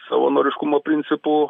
savanoriškumo principu